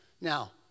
Now